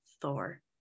Thor